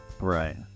Right